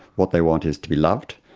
what they want is to be loved,